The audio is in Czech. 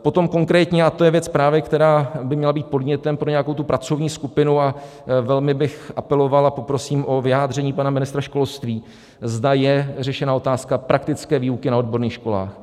Potom konkrétně, a to je věc právě, která by měl být podnětem pro nějakou tu pracovní skupinu, a velmi bych apeloval a poprosím o vyjádření pana ministra školství, zda je řešena otázka praktické výuky na odborných školách.